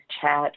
chat